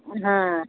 ಹಾಂ